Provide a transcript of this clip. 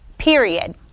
Period